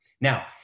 Now